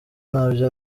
nabyo